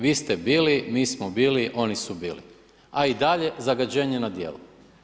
Vi ste bili, mi smo bili, oni su bili, a i dalje zagađenje na djelu.